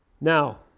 Now